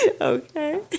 Okay